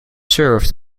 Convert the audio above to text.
served